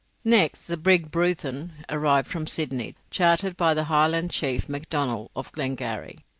next the brig bruthen arrived from sydney, chartered by the highland chief macdonnell, of glengarry.